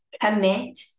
commit